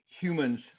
humans